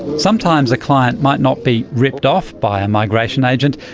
sometimes a client might not be ripped off by a migration agent,